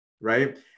right